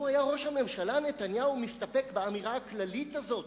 לו הסתפק ראש הממשלה נתניהו באמירה הכללית הזאת,